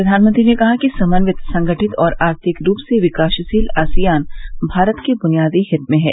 प्रधानमंत्री ने कहा कि समन्वित संगठित और आर्थिक रूप से विकासशील आसियान भारत के बुनियादी हित में है